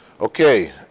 Okay